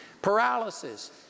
paralysis